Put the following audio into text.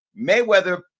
Mayweather